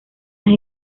las